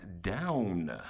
down